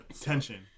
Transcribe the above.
tension